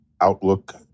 outlook